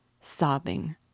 sobbing